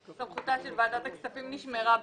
סמכותה של ועדת הכספים נשמרה בהם.